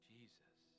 Jesus